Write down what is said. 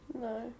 No